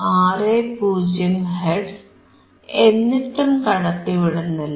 60 hertz എന്നിട്ടും കടത്തിവിടുന്നില്ല